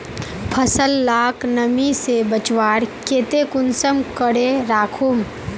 फसल लाक नमी से बचवार केते कुंसम करे राखुम?